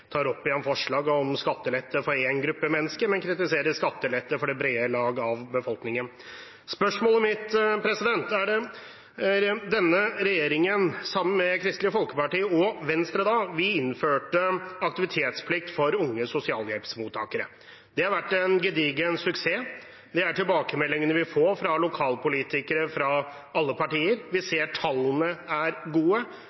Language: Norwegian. om skattelette for én gruppe mennesker, men kritiserer skattelette for det brede lag av befolkningen. Denne regjeringen sammen med Kristelig Folkeparti – og Venstre da – innførte aktivitetsplikt for unge sosialhjelpsmottakere. Det har vært en gedigen suksess, det er tilbakemeldingene vi får fra lokalpolitikere fra alle partier. Vi